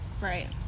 Right